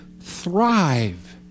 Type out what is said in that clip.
thrive